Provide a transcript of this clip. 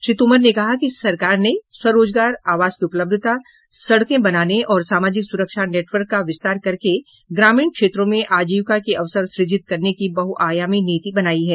श्री तोमर ने कहा कि सरकार ने स्व रोजगार आवास की उपलब्धता सड़के बनाने और सामाजिक सुरक्षा नेटवर्क का विस्तार कर के ग्रामीण क्षेत्रों में आजीविका के अवसर सुजित करने की बहुआयामी नीति बनाई है